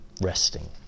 resting